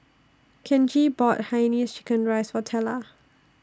Kenji bought Hainanese Chicken Rice For Tella